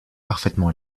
parfaitement